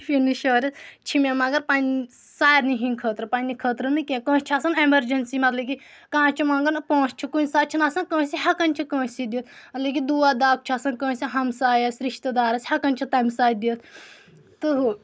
life insurance چھِ مےٚ مگر پَن سارنٕے ہِنٛدۍ خٲطرٕ پنٛنہِ خٲطرٕ نہٕ کینٛہہ کٲنٛسہِ چھِ آسان ایٚمَرجَنسی مطلب کہِ کانٛہہ چھُ مَنٛگَان پونٛسہٕ چھِ کُنہِ ساتہٕ چھِ نہٕ آسان کٲنٛسہِ ہؠکَان چھِ کٲنٛسہِ دِتھ مطلب کہِ دود دگۍ چھُ آسَان ہمسایَس رِشتہٕ دارَس ہؠکان چھِ تیٚمہِ ساتہٕ دِتھ تہٕ ہُہ